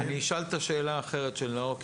אני אשאל אחרת את השאלה של נאור,